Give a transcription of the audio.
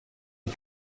aux